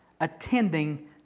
attending